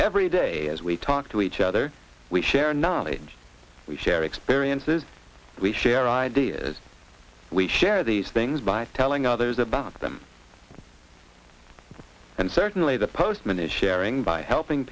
every day as we talk to each other we share knowledge we share experiences we share ideas we share these things by telling others about them and certainly the postman is sharing by helping